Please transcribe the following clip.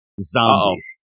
Zombies